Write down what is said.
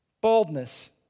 baldness